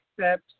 steps